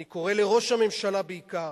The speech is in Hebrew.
אני קורא לראש הממשלה בעיקר,